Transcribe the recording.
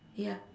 ya